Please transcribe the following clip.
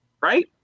right